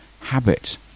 habit